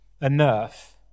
enough